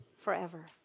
forever